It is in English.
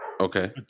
Okay